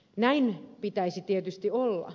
näin pitäisi tietysti olla